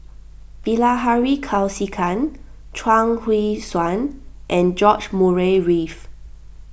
Bilahari Kausikan Chuang Hui Tsuan and George Murray Reith